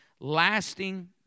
lasting